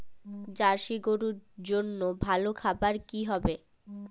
Jersey গরুর জন্য ভালো খাবার কি হবে?